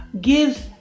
gives